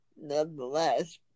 nonetheless